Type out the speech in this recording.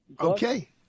Okay